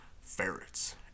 ferrets